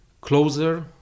closer